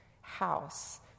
house